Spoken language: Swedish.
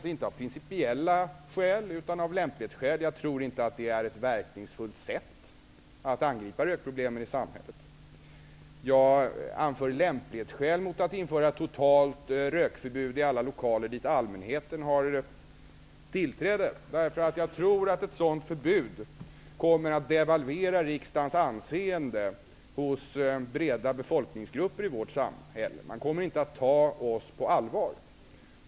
Det är inte av principiella skäl, utan det är av lämplighetsskäl. Jag tror inte att det är ett verkningsfullt sätt att angripa rökproblemen i samhället. Jag anförde lämplighetsskäl mot att införa totalt rökförbud i alla lokaler dit allmänheten har tillträde. Jag tror att ett sådant förbud kommer att devalvera riksdagens anseende hos breda befolkningsgrupper i vårt samhälle. De kommer inte att ta oss på allvar.